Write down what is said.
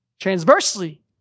transversely